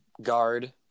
guard